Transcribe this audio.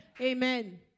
Amen